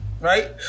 right